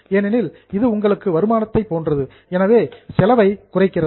ஏனெனில் இது உங்களுக்கு வருமானத்தை போன்றது உங்கள் செலவை ரெடியூசஸ் குறைக்கிறது